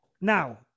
now